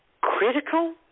critical